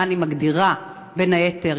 הינני מתכבדת להודיעכם,